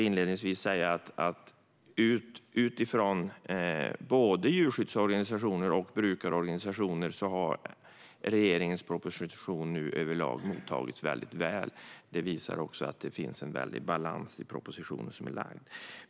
Inledningsvis kan man säga att regeringens proposition överlag har mottagits väldigt väl av djurskyddsorganisationer och brukarorganisationer. Det visar också att det finns en balans i den framlagda propositionen.